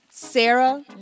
Sarah